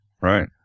right